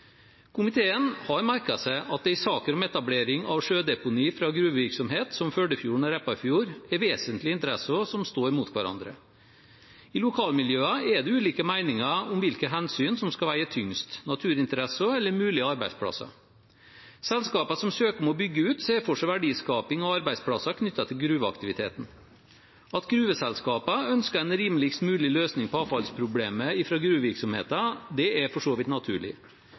Komiteen har merket seg at det i saker om etablering av sjødeponi fra gruvevirksomhet, som Førdefjorden og Repparfjord, er vesentlige interesser som står mot hverandre. I lokalmiljøene er det ulike meninger om hvilke hensyn som skal veie tyngst, naturinteresser eller mulige arbeidsplasser. Selskapene som søker om å bygge ut, ser for seg verdiskaping og arbeidsplasser knyttet til gruveaktiviteten. At gruveselskapene ønsker en rimeligst mulig løsning på avfallsproblemet fra gruvevirksomheten, er for så vidt naturlig.